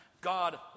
God